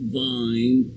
vine